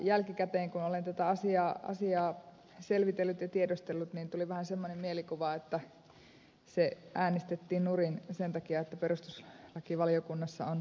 jälkikäteen kun olen tätä asiaa selvitellyt ja tiedustellut niin tuli vähän semmoinen mielikuva että asia äänestettiin nurin sen takia että perustuslakivaliokunnassa on työsuma